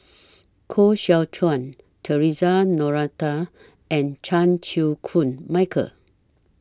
Koh Seow Chuan Theresa Noronha and Chan Chew Koon Michael